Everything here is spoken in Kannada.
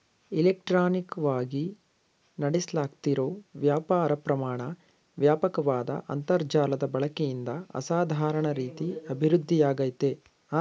ಇಲೆಕ್ಟ್ರಾನಿಕವಾಗಿ ನಡೆಸ್ಲಾಗ್ತಿರೋ ವ್ಯಾಪಾರ ಪ್ರಮಾಣ ವ್ಯಾಪಕ್ವಾದ ಅಂತರ್ಜಾಲದ ಬಳಕೆಯಿಂದ ಅಸಾಧಾರಣ ರೀತಿ ಅಭಿವೃದ್ಧಿಯಾಗಯ್ತೆ